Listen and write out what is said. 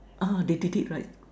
ah they did it right